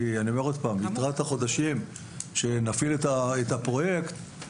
אני אומר שוב שלקראת החודשים שנפעיל את הפרויקט,